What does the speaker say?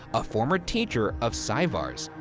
a former teacher of saevar's.